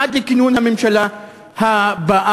עד לכינון הממשלה הבאה?